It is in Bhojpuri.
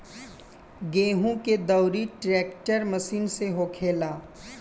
गेहूं के दउरी ट्रेक्टर मशीन से होखेला